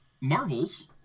Marvel's